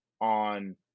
on